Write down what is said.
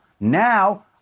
Now